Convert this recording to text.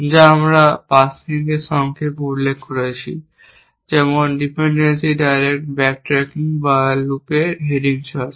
যা আমরা পাসিং এ সংক্ষেপে উল্লেখ করেছি যেমন ডিপেনডেন্সি ডাইরেক্ট ব্যাক ট্র্যাকিং বা লুপ এ হেডিং সার্চ